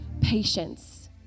patience